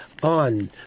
on